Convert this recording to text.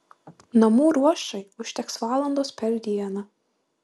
namų ruošai užteks valandos per dieną